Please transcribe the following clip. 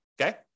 okay